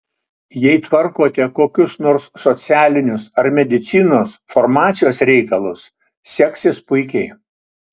jei tvarkote kokius nors socialinius ar medicinos farmacijos reikalus seksis puikiai